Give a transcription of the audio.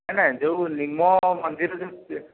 ନା ନା ଯେଉଁ ନିମ ମଞ୍ଜିରୁ ଯେଉଁଟା